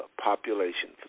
population